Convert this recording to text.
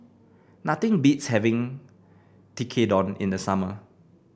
nothing beats having Tekkadon in the summer